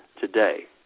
today